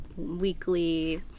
weekly